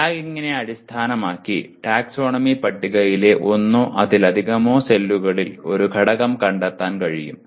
ടാഗിംഗിനെ അടിസ്ഥാനമാക്കി ടാക്സോണമി പട്ടികയിലെ ഒന്നോ അതിലധികമോ സെല്ലുകളിൽ ഒരു ഘടകം കണ്ടെത്താൻ കഴിയും